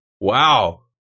wow